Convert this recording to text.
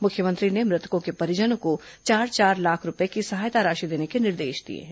मुख्यमंत्री ने मृतकों के परिजनों को चार चार लाख रूपये की सहायता राशि देने के निर्देश दिए हैं